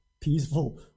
peaceful